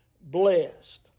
blessed